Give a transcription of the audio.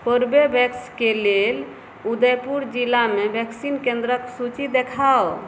कोरबेवेक्सके लेल उदयपुर जिलामे वैक्सीन केन्द्रके सूची देखाउ